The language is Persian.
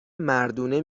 مردونه